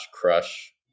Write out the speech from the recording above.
crush